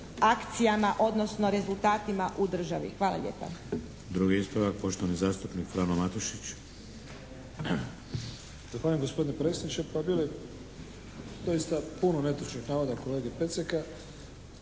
akcijama, odnosno rezultatima u državi. Hvala lijepa.